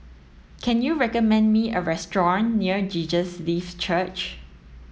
can you recommend me a restaurant near Jesus Lives Church